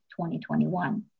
2021